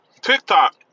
TikTok